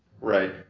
Right